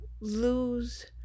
lose